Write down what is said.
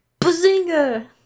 Bazinga